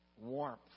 warmth